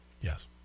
yes